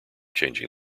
changing